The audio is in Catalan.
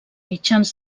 mitjans